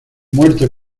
muerte